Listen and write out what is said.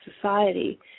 society